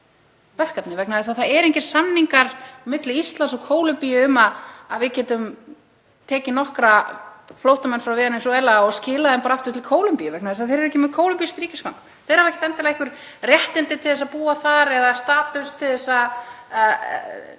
það eru engir samningar milli Íslands og Kólumbíu um að við getum tekið nokkra flóttamenn frá Venesúela og skilað þeim aftur til Kólumbíu vegna þess að þeir eru ekki með kólumbískt ríkisfang. Þeir hafa ekkert endilega einhver réttindi til að búa þar eða status til þess að